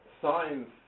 science